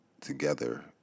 together